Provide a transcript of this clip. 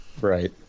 Right